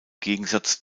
gegensatz